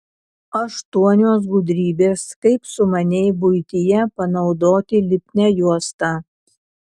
aštuonios gudrybės kaip sumaniai buityje panaudoti lipnią juostą